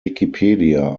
wikipedia